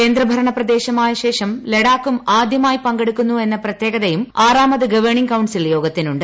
കേന്ദ്രഭരണ പ്രദേശമായ ശേഷം ലഡാക്കും ആദ്യമായി പങ്കെടുക്കുന്നു എന്ന പ്രത്യേകതയും ആറാമത് ഗവേണിംഗ് കൌൺസിൽ യോഗത്തിനുണ്ട്